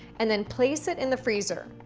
and then place it in the freezer.